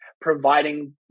providing